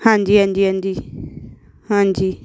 ਹਾਂਜੀ ਹਾਂਜੀ ਹਾਂਜੀ ਹਾਂਜੀ